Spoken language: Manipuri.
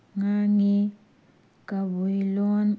ꯉꯥꯡꯉꯤ ꯀꯕꯨꯏ ꯂꯣꯜ